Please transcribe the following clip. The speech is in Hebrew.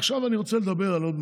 עכשיו אני רוצה לדבר על עוד משהו.